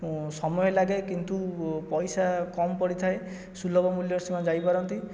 ସମୟ ଲାଗେ କିନ୍ତୁ ପଇସା କମ୍ ପଡ଼ିଥାଏ ସୁଲଭ ମୂଲ୍ୟରେ ସେମାନେ ଯାଇପାରନ୍ତି